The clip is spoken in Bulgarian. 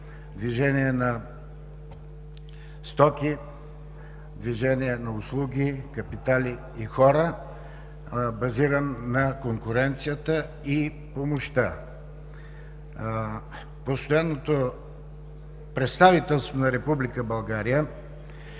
движение на стоки, движение на услуги, капитали и хора, базиран на конкуренцията и помощта. Постоянното представителство на